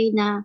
na